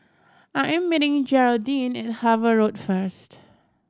I am meeting Jeraldine at Harvey Road first